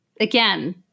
again